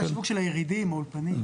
זה השיווק של הירידים, האולפנים.